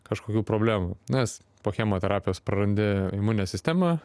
kažkokių problemų nes po chemoterapijos prarandi imuninę sistemą